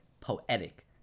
Poetic